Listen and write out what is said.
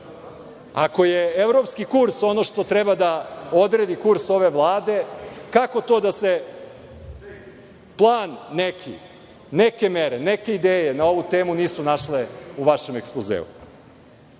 Ako je evropski kurs ono što treba da odredi kurs ove Vlade, kako to da se plan neki, neke mere, neke ideje na ovu temu nisu našle u vašem ekspozeu? Sada